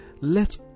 let